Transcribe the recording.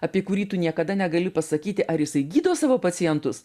apie kurį tu niekada negali pasakyti ar jisai gydo savo pacientus